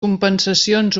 compensacions